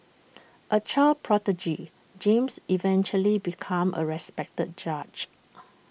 A child prodigy James eventually became A respected judge